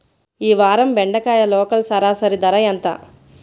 ఈ వారం బెండకాయ లోకల్ సరాసరి ధర ఎంత?